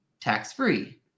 tax-free